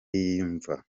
yiyumva